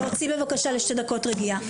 להוציא, בבקשה, לשתי דקות רגיעה.